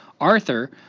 Arthur